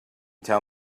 tell